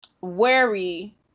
wary